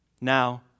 Now